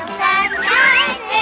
sunshine